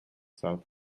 south